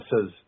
says